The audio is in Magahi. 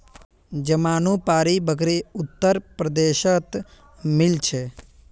जमानुपारी बकरी उत्तर प्रदेशत मिल छे